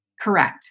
Correct